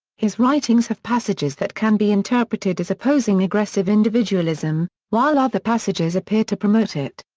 his writings have passages that can be interpreted as opposing aggressive individualism, while other passages appear to promote it.